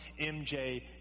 MJ